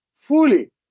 fully